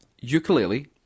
ukulele